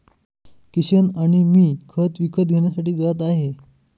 किशन आणि मी खत विकत घेण्यासाठी जात आहे